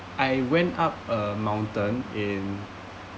I went up a mountain in